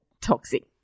toxic